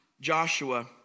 Joshua